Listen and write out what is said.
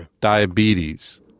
diabetes